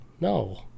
no